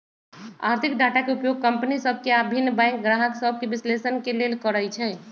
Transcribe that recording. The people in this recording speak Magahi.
आर्थिक डाटा के उपयोग कंपनि सभ के आऽ भिन्न बैंक गाहक सभके विश्लेषण के लेल करइ छइ